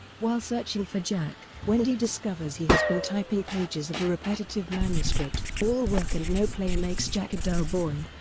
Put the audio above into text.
while searching for jack, wendy discovers he has been typing pages of a repetitive manuscript all work and no play makes jack a dull boy.